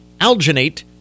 alginate